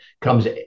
comes